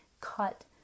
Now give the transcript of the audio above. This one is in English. cut